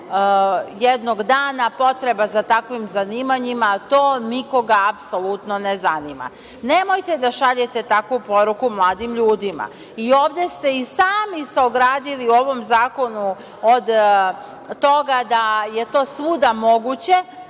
jednog dana potreba za takvim zanimanjima, to nikoga apsolutno ne zanima. Nemojte da šaljete takvu poruku mladim ljudima i ovde ste se sami ogradili u ovom zakonu od toga da je to svuda moguće